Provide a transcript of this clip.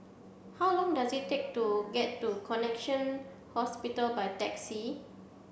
how long does it take to get to Connexion Hospital by taxi